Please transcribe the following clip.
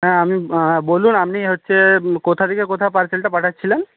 হ্যাঁ আপনি বলুন আপনি হচ্ছে কোথা থেকে কোথায় পার্সেলটা পাঠাচ্ছিলেন